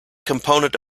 component